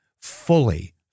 fully